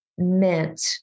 meant